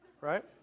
right